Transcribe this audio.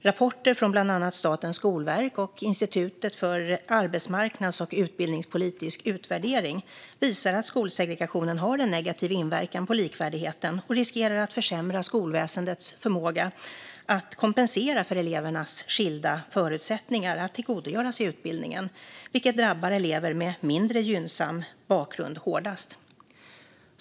Rapporter från bland annat Statens skolverk och Institutet för arbetsmarknads och utbildningspolitisk utvärdering visar att skolsegregationen har en negativ inverkan på likvärdigheten och riskerar att försämra skolväsendets förmåga att kompensera för elevernas skilda förutsättningar att tillgodogöra sig utbildningen, vilket drabbar elever med mindre gynnsam bakgrund hårdast.